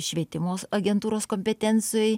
švietimos agentūros kompetencijoj